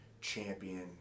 champion